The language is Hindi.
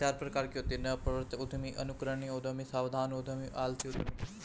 उद्यमिता चार प्रकार की होती है नवप्रवर्तक उद्यमी, अनुकरणीय उद्यमी, सावधान उद्यमी, आलसी उद्यमी